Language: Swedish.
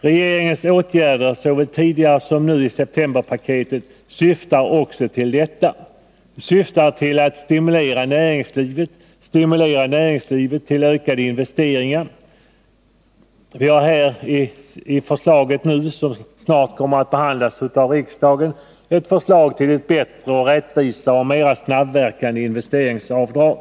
Regeringens åtgärder, såväl tidigare som nu i septemberpaketet, syftar också till detta. De syftar till att stimulera näringslivet till ökade investeringar. Vi har nu ett förslag, som snart kommer att behandlas av riksdagen, till ett bättre, rättvisare och mera snabbverkande investeringsavdrag.